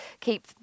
keep